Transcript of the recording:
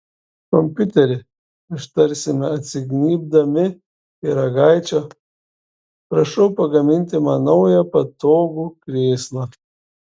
kompiuteri ištarsime atsignybdami pyragaičio prašau pagaminti man naują patogų krėslą